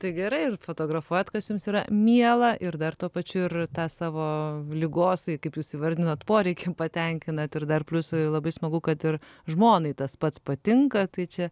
tai gerai ir fotografuojat kas jums yra miela ir dar tuo pačiu ir tą savo ligos tai kaip jūs įvardinot poreikį patenkinat ir dar pliusai labai smagu kad ir žmonai tas pats patinka tai čia